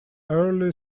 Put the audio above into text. early